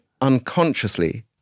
unconsciously